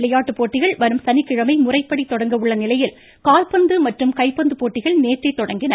விளையாட்டு போட்டிகள் வரும் சனிக்கிழமை ஆசிய தொடங்கஉள்ள நிலையில் கால்பந்து மற்றும் கைப்பந்து போட்டிகள் நேற்றே தொடங்கின